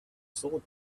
sword